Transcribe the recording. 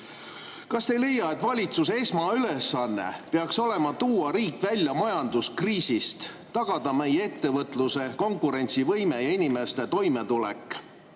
Kas te ei leia, et valitsuse esmaülesanne peaks olema tuua riik välja majanduskriisist, tagada meie ettevõtluse konkurentsivõime ja inimeste toimetulek?